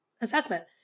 assessment